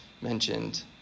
mentioned